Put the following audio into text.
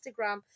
Instagram